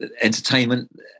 entertainment